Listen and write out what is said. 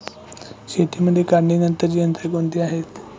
शेतीमध्ये काढणीनंतरची तंत्रे कोणती आहेत?